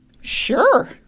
sure